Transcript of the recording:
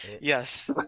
Yes